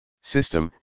System